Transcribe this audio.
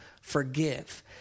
forgive